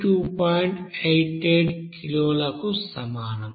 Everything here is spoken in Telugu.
88 కిలోలకు సమానం